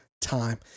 time